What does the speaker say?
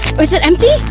is it empty?